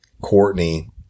Courtney